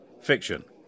fiction